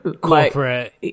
Corporate